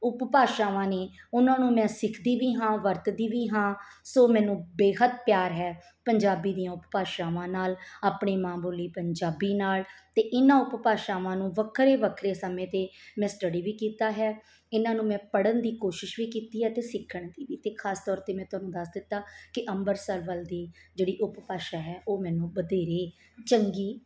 ਉਪ ਭਾਸ਼ਾਵਾਂ ਨੇ ਉਹਨਾਂ ਨੂੰ ਮੈਂ ਸਿੱਖਦੀ ਵੀ ਹਾਂ ਵਰਤਦੀ ਵੀ ਹਾਂ ਸੋ ਮੈਨੂੰ ਬੇਹੱਦ ਪਿਆਰ ਹੈ ਪੰਜਾਬੀ ਦੀਆਂ ਉਪਭਾਸ਼ਾਵਾਂ ਨਾਲ ਆਪਣੀ ਮਾਂ ਬੋਲੀ ਪੰਜਾਬੀ ਨਾਲ ਅਤੇ ਇਹਨਾਂ ਉਪਭਾਸ਼ਾਵਾਂ ਨੂੰ ਵੱਖਰੇ ਵੱਖਰੇ ਸਮੇਂ 'ਤੇ ਮੈਂ ਸਟੱਡੀ ਵੀ ਕੀਤਾ ਹੈ ਇਹਨਾਂ ਨੂੰ ਮੈਂ ਪੜ੍ਹਨ ਦੀ ਕੋਸ਼ਿਸ਼ ਵੀ ਕੀਤੀ ਹੈ ਅਤੇ ਸਿੱਖਣ ਦੀ ਵੀ ਅਤੇ ਖਾਸ ਤੌਰ 'ਤੇ ਮੈਂ ਤੁਹਾਨੂੰ ਦੱਸ ਦਿੱਤਾ ਕਿ ਅੰਮ੍ਰਿਤਸਰ ਵੱਲ ਦੀ ਜਿਹੜੀ ਉਪਭਾਸ਼ਾ ਹੈ ਉਹ ਮੈਨੂੰ ਵਧੇਰੀ ਚੰਗੀ